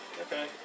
Okay